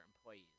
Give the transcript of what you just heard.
employees